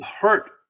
hurt